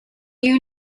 you